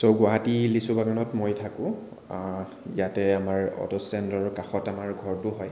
চ' গুৱাহাটী লিচুবাগানত মই থাকোঁ ইয়াতে আমাৰ অট'ষ্টেণ্ডৰ কাষত আমাৰ ঘৰটো হয়